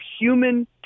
human